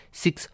six